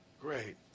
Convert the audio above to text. Great